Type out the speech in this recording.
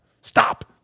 stop